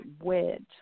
wedge